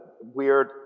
weird